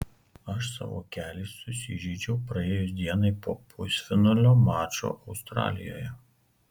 aš savo kelį susižeidžiau praėjus dienai po pusfinalio mačo australijoje